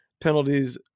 penalties